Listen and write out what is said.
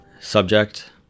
Subject